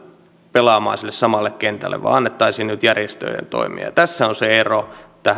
pelaamaan sille samalle kentälle vaan annettaisiin nyt järjestöjen toimia tässä on se ero